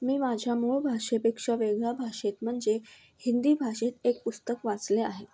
मी माझ्या मूळ भाषेपेक्षा वेगळ्या भाषेत म्हणजे हिंदी भाषेत एक पुस्तक वाचले आहे